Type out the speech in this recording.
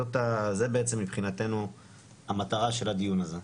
זה בעצם מבחינתנו המטרה של הדיון הזה.